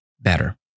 better